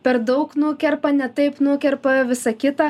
per daug nukerpa ne taip nukerpa visa kita